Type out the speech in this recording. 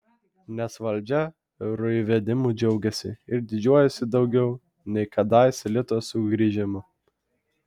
nes valdžia euro įvedimu džiaugiasi ir didžiuojasi daugiau nei kadais lito sugrįžimu